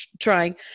trying